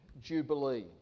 Jubilee